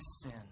sin